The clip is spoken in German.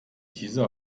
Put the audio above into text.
dieser